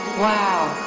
wow.